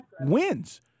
wins